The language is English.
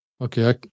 okay